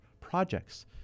projects